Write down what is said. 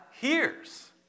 hears